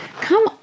come